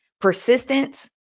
Persistence